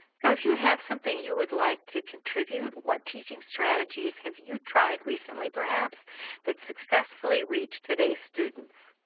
so if you have something you would like to contribute, what teaching strategies have you tried recently perhaps that successfully reached today's students.